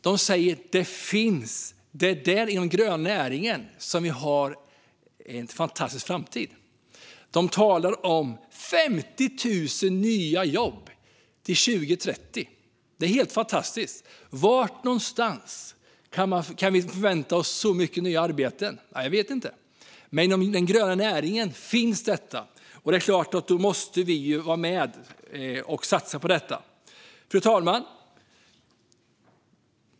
De säger att det är i den gröna näringen som vi har en fantastisk framtid. De talar om 50 000 nya jobb till 2030. Det är helt fantastiskt! Var någonstans kan vi förvänta oss så många nya arbeten? Jag vet inte. Men inom den gröna näringen finns detta, och då måste vi såklart vara med och satsa på det. Fru talman!